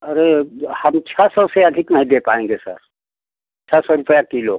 अरे हम छः सौ से अधिक नहीं दे पाएंगे सर छः सौ रुपया किलो